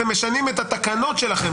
אתם משנים את התקנות שלכם,